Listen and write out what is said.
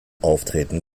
auftreten